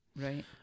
Right